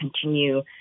continue